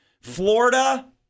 Florida